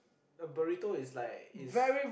a burrito is like is